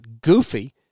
goofy